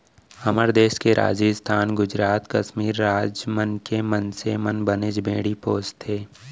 हमर देस के राजिस्थान, गुजरात, कस्मीर राज मन के मनसे मन बनेच भेड़ी पोसथें